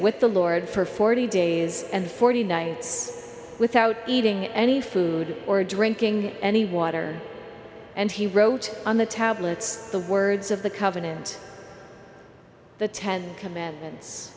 with the lord for forty days and forty nights without eating any food or drinking any water and he wrote on the tablets the words of the covenant the ten commandments